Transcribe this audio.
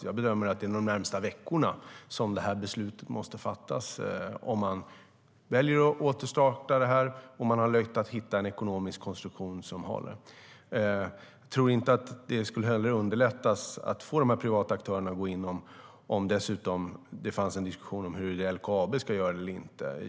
Jag bedömer att beslut måste fattas inom de närmaste veckorna om man ska välja att återstarta och om man har möjlighet att hitta en ekonomisk konstruktion som håller. Jag tror inte att det skulle underlätta för att få privata investerare att gå in om det finns en diskussion om huruvida LKAB ska göra det eller inte.